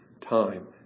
time